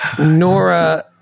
Nora